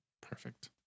Perfect